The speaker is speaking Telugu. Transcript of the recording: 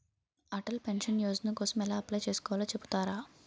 అటల్ పెన్షన్ యోజన కోసం ఎలా అప్లయ్ చేసుకోవాలో చెపుతారా?